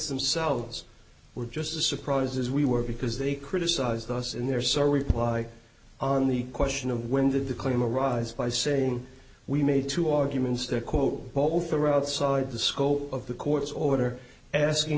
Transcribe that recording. themselves were just as surprised as we were because they criticized us in their so reply on the question of when did the claim arise by saying we made two arguments that quote both are outside the scope of the court's order and asking